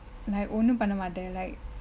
நா ஒன்னு பன்ன மாட்டென்:naa onnu panna maaten like